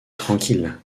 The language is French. tranquille